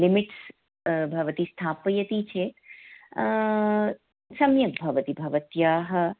limits भवति स्थापयति चेत् सम्यक् भवति भवत्याः